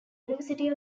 university